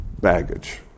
baggage